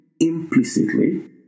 implicitly